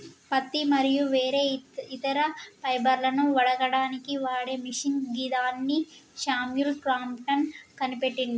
పత్తి మరియు వేరే ఇతర ఫైబర్లను వడకడానికి వాడే మిషిన్ గిదాన్ని శామ్యుల్ క్రాంప్టన్ కనిపెట్టిండు